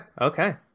Okay